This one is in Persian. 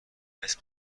اسم